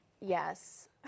yes